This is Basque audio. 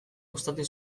gustatu